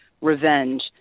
revenge